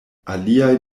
aliaj